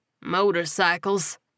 Motorcycles